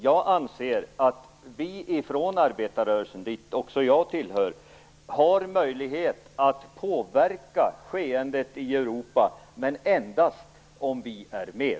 Jag anser att vi i arbetarrörelsen - jag tillhör också den - har en möjlighet att påverka skeendet i Europa, men endast om Sverige är med.